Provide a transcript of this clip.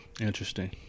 Interesting